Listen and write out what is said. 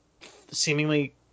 seemingly